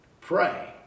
Pray